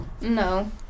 No